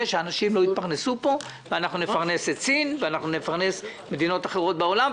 שאנשים לא יתפרנסו פה מחקלאות ואנחנו נפרנס את סין ומדינות אחרות בעולם.